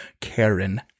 Karen